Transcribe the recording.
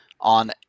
on